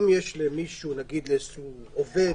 אם יש לאיזשהו עובד